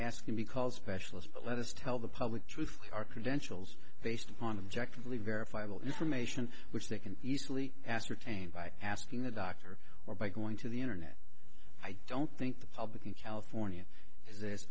specialist let us tell the public truth our credentials based upon objective leave verifiable information which they can easily ascertained by asking a doctor or by going to the internet i don't think the public in california